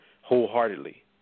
Wholeheartedly